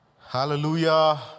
Hallelujah